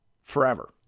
forever